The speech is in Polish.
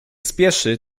spieszy